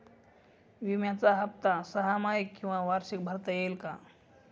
विम्याचा हफ्ता सहामाही किंवा वार्षिक भरता येईल का?